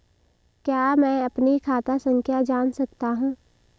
क्या मैं अपनी खाता संख्या जान सकता हूँ?